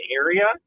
area